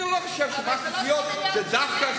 אני לא חושב שמס נסיעות זה דווקא,